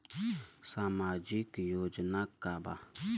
सामाजिक योजना का बा?